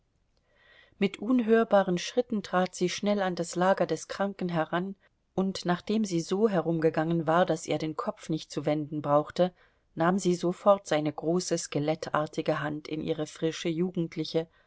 mit unhörbaren schritten trat sie schnell an das lager des kranken heran und nachdem sie so herumgegangen war daß er den kopf nicht zu wenden brauchte nahm sie sofort seine große skelettartige hand in ihre frische jugendliche